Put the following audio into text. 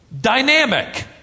dynamic